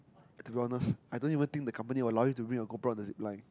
to be honest I don't even think the company will allow you bring your GoPro on the Zipline